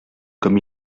comme